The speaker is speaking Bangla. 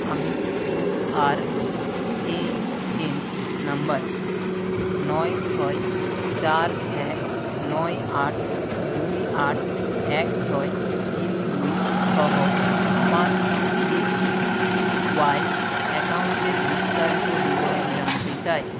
আমি পিআরএএন নাম্বার নয় ছয় চার এক নয় আট দুই আট এক ছয় তিন দুই সহ আমার এপিওয়াই অ্যাকাউন্ডের বিস্তারিত বিবরণ জানতে চাই